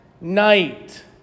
night